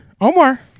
Omar